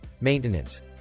maintenance